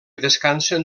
descansen